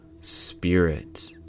spirit